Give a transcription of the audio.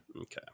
Okay